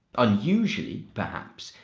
unusually, perhaps,